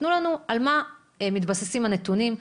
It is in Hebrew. תראו לנו על מה מתבססים הנתונים,